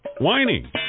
whining